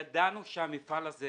ידענו שהמפעל הזה